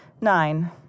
nine